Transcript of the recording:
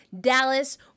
Dallas